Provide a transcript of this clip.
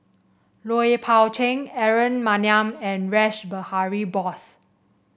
Lui Pao Chuen Aaron Maniam and Rash Behari Bose